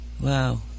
Wow